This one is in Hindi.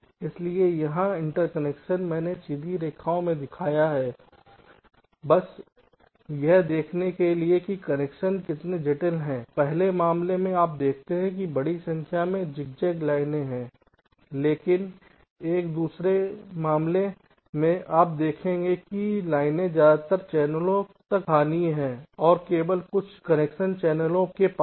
इसलिए यहां इंटरकनेक्शन मैंने सीधी रेखाओं से दिखाया बस यह देखने के लिए कि कनेक्शन कितने जटिल हैं तो पहले मामले में आप देखते हैं कि बड़ी संख्या में ज़िगज़ैग लाइनें हैं लेकिन एक दूसरे मामले में आप देखेंगे कि लाइनें ज्यादातर चैनलों तक स्थानीय हैं और केवल कुछ कनेक्शन चैनलों के पार हैं